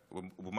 ובמה שאתה מקדם.